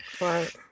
Right